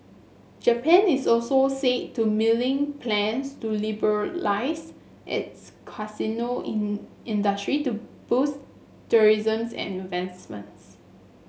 Japan is also said to mulling plans to liberalise its casino in industry to boost tourism's and investments